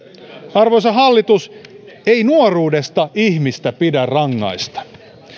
arvoisa hallitus ei nuoruudesta ihmistä pidä rangaista